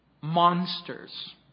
monsters